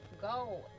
go